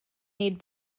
need